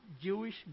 Jewish